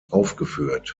aufgeführt